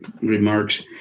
remarks